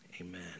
Amen